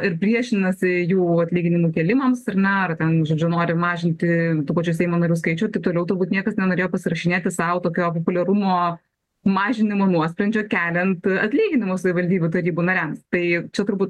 ir priešinasi jų atlyginimų kėlimams ar ne ar ten žodžiu nori mažinti tų pačių seimo narių skaičių taip toliau turbūt niekas nenorėjo pasirašinėti sau tokio populiarumo mažinimo nuosprendžio keliant atlyginimus savivaldybių tarybų nariams tai čia turbūt